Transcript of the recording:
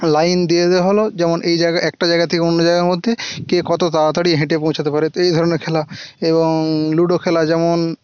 line দিয়ে দেওয়া হলো যেমন এই জায়গা একটা জায়গা থেকে অন্য জায়গার মধ্যে কে কতো তাড়াতাড়ি হেঁটে পৌঁছাতে পারে তো এই ধরণের খেলা এবং লুডো খেলা যেমন